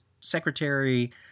secretary